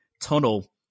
tunnel